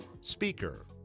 speaker